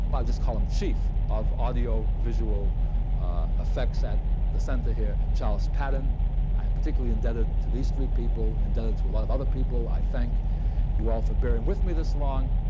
i'll just call him chief of audio visual effects at the center here, charles and i am particularly indebted to these three people, indebted to a lot of other people. i thank you all for being with me this long.